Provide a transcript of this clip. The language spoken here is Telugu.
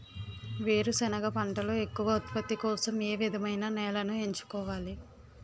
వేరుసెనగ పంటలో ఎక్కువ ఉత్పత్తి కోసం ఏ విధమైన నేలను ఎంచుకోవాలి?